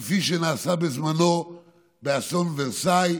כפי שנעשה בזמנו באסון ורסאי.